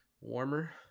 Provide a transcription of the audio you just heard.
warmer